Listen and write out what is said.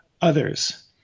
others